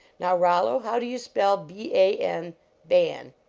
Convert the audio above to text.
now, rollo, how do you spell, b a n ban?